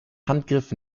handgriff